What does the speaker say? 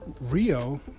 Rio